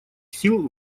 сил